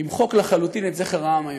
למחוק לחלוטין את זכר העם היהודי.